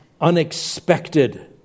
unexpected